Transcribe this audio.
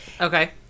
Okay